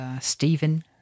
Stephen